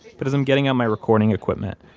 but as i'm getting out my recording equipment,